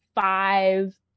five